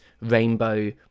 rainbow